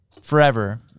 forever